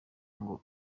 ngo